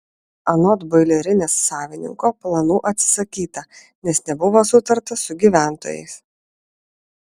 anot boilerinės savininko planų atsisakyta nes nebuvo sutarta su gyventojais